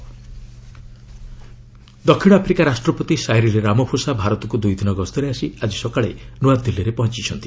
south Africa ପ୍ରେକ୍ ଦକ୍ଷିଣ Africa ରାଷ୍ଟ୍ରପତି ସାଇରିଲ୍ ରାମାଫୋସା ଭାରତକୁ ଦୁଇଦିନ ଗସ୍ତରେ ଆସି ଆଜି ସକାଳେ ନୂଆଦିଲ୍ଲୀରେ ପହଞ୍ଚୁଛନ୍ତି